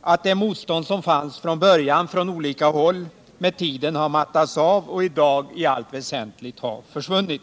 att det motstånd som fanns från början från olika håll med tiden har mattats av och i dag i allt väsentligt har försvunnit.